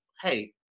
hey